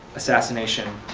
assassination.